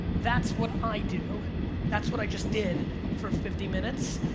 that's what i do that's what i just did for fifty minutes.